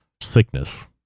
sickness